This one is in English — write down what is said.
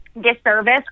disservice